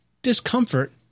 discomfort